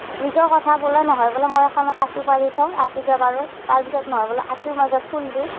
নিজৰ কথা বোলে নহয় বোলে মই এইখন আচোঁঁ পাৰি থওঁ আচোঁঁকে পাৰোঁ তাৰপিছত নহয় বোলে আচোঁঁৰ মাজত ফুল দিওঁ